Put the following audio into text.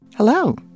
Hello